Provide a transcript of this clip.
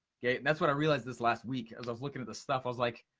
that's what i realized, this last week, as i was looking at the stuff. i was like,